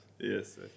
Yes